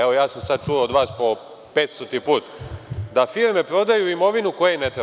Evo, ja sam sada čuo od vas po petstoti put da firme prodaju imovinu koja im na treba.